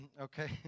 Okay